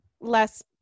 less